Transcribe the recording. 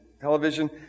television